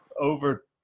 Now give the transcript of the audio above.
over